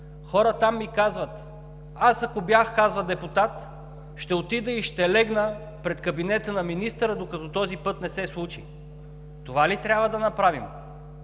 Хората там ми казват: аз, ако бях депутат, ще отида и ще легна пред кабинета на министъра, докато този път не се случи. Това ли трябва да направим?!